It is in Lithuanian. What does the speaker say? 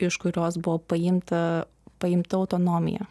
iš kurios buvo paimta paimta autonomija